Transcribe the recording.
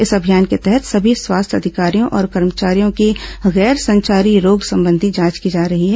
इस अभियान के तहत सभी स्वास्थ्य अधिकारियों और कर्मचारियों की गैर संचारी रोग संबंधी जांच की जा रही है